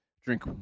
drink